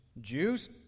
Jews